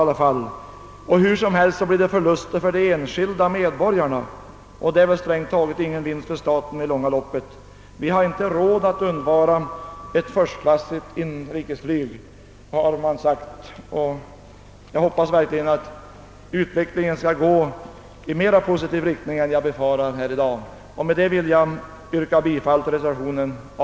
Under alla förhållanden blir det förluster för de enskilda människorna, och det är väl strängt taget ingen vinst för staten i det långa loppet. Vi har inte råd att undvara ett förstklassigt inrikesflyg, har man sagt, och jag hoppas verkligen att utvecklingen skall gå i mera positiv riktning än jag befarat här i dag. Med dessa ord vill jag yrka bifall till reservationen a.